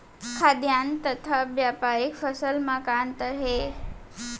खाद्यान्न तथा व्यापारिक फसल मा का अंतर हे?